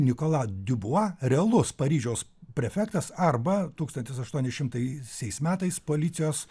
nikola diubua realus paryžiaus prefektas arba tūkstantis aštuoni šimtaisiais metais policijos